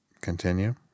continue